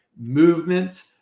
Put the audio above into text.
movement